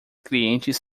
clientes